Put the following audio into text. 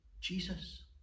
Jesus